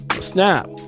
Snap